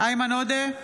איימן עודה,